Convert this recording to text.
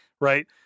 right